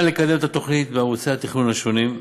אפשר לקדם את התוכנית בערוצי התכנון השונים,